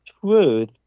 truth